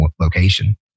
location